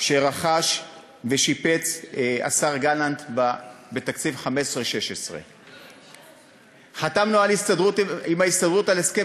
שרכש ושיפץ השר גלנט בתקציב 2015 2016. חתמנו עם ההסתדרות על הסכם